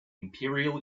imperial